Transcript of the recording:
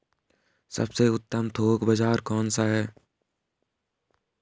सबसे उत्तम थोक बाज़ार कौन सा है?